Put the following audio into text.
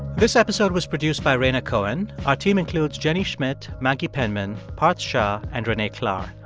this episode was produced by rhaina cohen. our team includes jenny schmidt, maggie penman, parth shah and renee klahr.